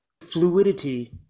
fluidity